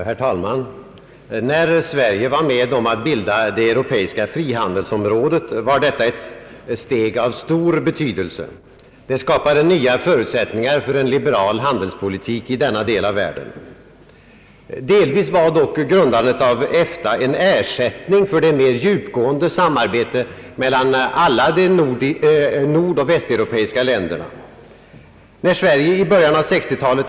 Herr talman! När Sverige var med om att bilda det europeiska frihandelsområdet, tog vi ett steg av stor betydelse. Det skapade nya förutsättningar för en liberal handelspolitik i denna del av världen, Delvis var dock grundandet av EFTA en ersättning för ett mera djupgående samarbete mellan alla de nordoch västeuropeiska länderna.